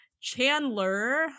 Chandler